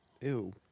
Ew